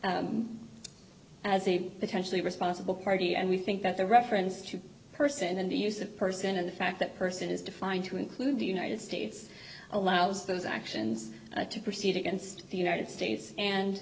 a potentially responsible party and we think that the reference to person and use of person and the fact that person is defined to include the united states allows those actions to proceed against the united states and